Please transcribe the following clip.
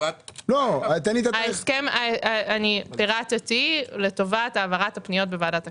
תמורת --- פירטתי לטובת העברת הפניות בוועדת הכספים.